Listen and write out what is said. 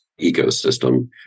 ecosystem